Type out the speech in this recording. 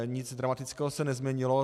Nic dramatického se nezměnilo.